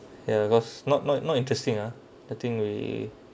ya cause not not not interesting ah the thing we